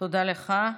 תודה לך.